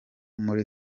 muri